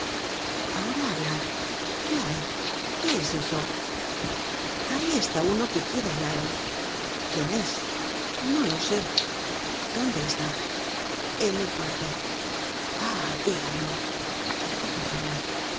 ahora hablad qué hay qué es eso content from google book search generated at ahí está uno que quiere hablaros quién es no lo sé dónde está en mi cuarto ah diablo dijo